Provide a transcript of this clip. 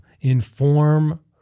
inform